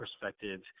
perspective